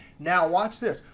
now watch this.